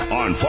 on